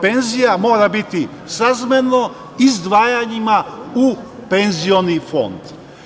Penzija mora biti srazmerno izdvajanjima u penzioni fond.